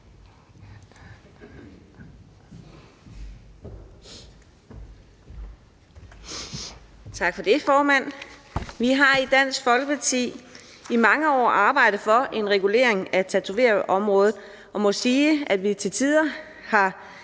Tak for det, formand. Vi har i Dansk Folkeparti i mange år arbejdet for en regulering af tatoveringsområdet, og jeg må sige, at vi til tider har